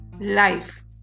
life